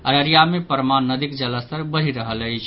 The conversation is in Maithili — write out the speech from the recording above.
अररिया मे परमान नदीक जलस्तर बढ़ि रहल अछि